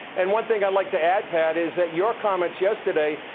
and one thing i'd like to add add is that your comments yesterday,